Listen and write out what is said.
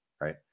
right